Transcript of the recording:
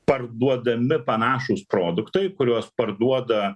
parduodami panašūs produktai kuriuos parduoda